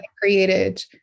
created